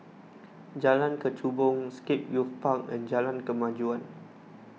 Jalan Kechubong Scape Youth Park and Jalan Kemajuan